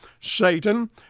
Satan